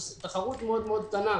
תחרות מאוד קטנה,